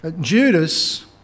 Judas